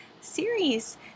series